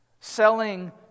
selling